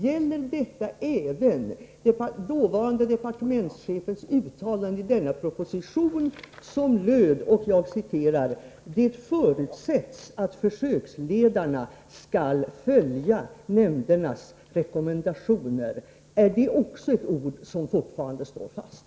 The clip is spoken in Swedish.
Gäller detta även dåvarande departementschefens uttalande i denna proposition? Det löd: ”Det förutsätts att försöksledarna skall följa nämndernas rekommendationer.” Är detta också ord som fortfarande står fast?